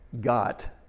got